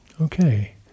okay